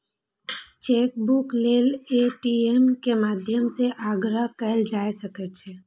chequebook लेल ATM के माध्यम सं आग्रह कैल जा सकै छै